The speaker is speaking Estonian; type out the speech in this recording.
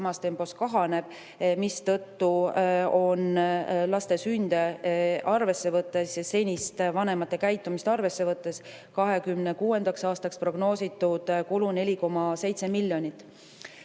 samas tempos kahaneb, mistõttu on laste sünde arvesse võttes ja senist vanemate käitumist arvesse võttes 2026. aastaks prognoositud kulu 4,7 miljonit. Kui